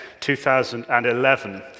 2011